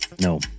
no